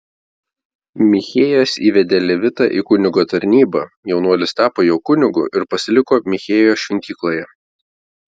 michėjas įvedė levitą į kunigo tarnybą jaunuolis tapo jo kunigu ir pasiliko michėjo šventykloje